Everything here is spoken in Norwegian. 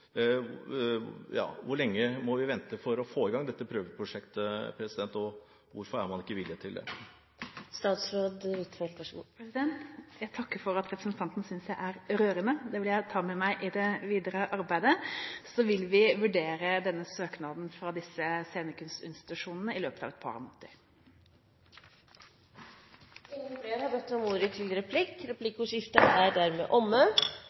Hvor lenge må vi vente for å få i gang dette prøveprosjektet? Og hvorfor er man ikke villig til det? Jeg takker for at representanten synes jeg er rørende – det vil jeg ta med meg i det videre arbeidet. Så vil vi vurdere søknaden fra disse scenekunstinstitusjonene i løpet av et par måneder. Replikkordskiftet er dermed omme. Flere har ikke bedt om ordet til